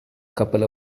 couple